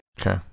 Okay